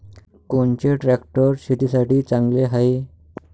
कोनचे ट्रॅक्टर शेतीसाठी चांगले हाये?